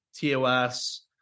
TOS